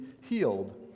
healed